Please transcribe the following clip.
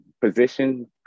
position